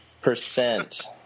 percent